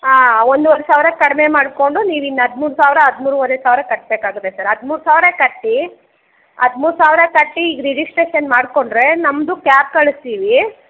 ಆಂ ಒಂದೂವರೆ ಸಾವಿರ ಕಡಿಮೆ ಮಾಡಿಕೊಂಡು ನೀವಿನ್ನು ಹದಿಮೂರು ಸಾವಿರ ಹದಿಮೂರೂವರೆ ಸಾವಿರ ಕಟ್ಟಬೇಕಾಗುತ್ತೆ ಸರ್ ಹದಿಮೂರು ಸಾವಿರ ಕಟ್ಟಿ ಹದಿಮೂರು ಸಾವಿರ ಕಟ್ಟಿ ಈಗ ರಿಜಿಸ್ಟ್ರೇಷನ್ ಮಾಡಿಕೊಂಡ್ರೆ ನಮ್ಮದು ಕ್ಯಾಬ್ ಕಳಿಸ್ತೀವಿ